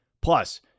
Plus